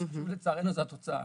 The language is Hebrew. מה שחשוב לצערנו זו התוצאה,